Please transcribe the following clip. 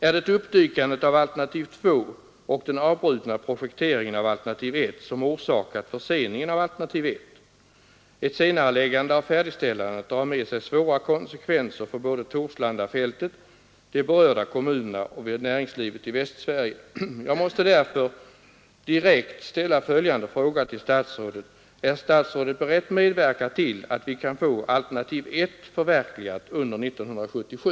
Är det uppdykandet av alternativ 2 och den avbrutna projekteringen av alternativ I som orsakat förseningen av alternativ 1? Ett senareläggande av färdigställandet drar med sig svåra konsekvenser för såväl Torslandafältet som de berörda kommunerna och näringslivet i Västsverige. Jag måste därför direkt ställa följande fråga till statsrådet: Är statsrådet beredd medverka till att vi kan få alternativ 1 förverkligat under 1977?